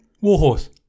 Warhorse